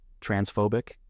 transphobic